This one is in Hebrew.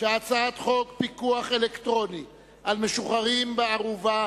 חוק פיקוח אלקטרוני על משוחררים בערובה